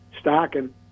stocking